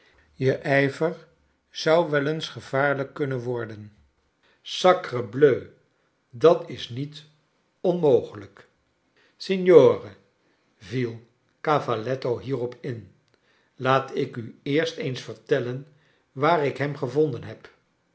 je ijver zou wel eens gevaarlijk kunnen worden sacrebleu dat is niet onmogelijk v signore viel cavalletto hierop in laat ik u eerst eens vertellen waar ik hem gevonden heb